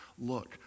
look